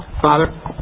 Father